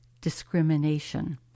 discrimination